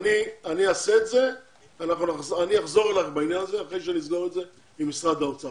אני אחזור אליך בעניין הזה אחרי שנסגור את זה עם משרד האוצר